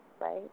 Right